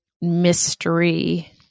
mystery